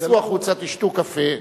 תצאו החוצה, תשתו קפה.